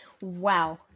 Wow